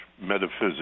metaphysics